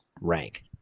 rank